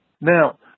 Now